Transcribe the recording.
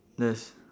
yes